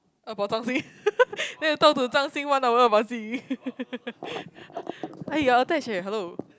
about Zhang-Xin then you talk to Zhang-Xin one hour about Xin-Ying eh you are attached eh hello